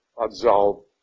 absolve